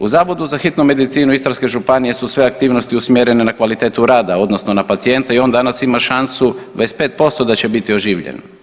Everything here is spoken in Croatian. U Zavodu za hitnu medicinu Istarske županije su sve aktivnosti usmjerene na kvalitetu rada odnosno na pacijente i on danas ima šansu 25% da će biti oživljen.